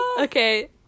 okay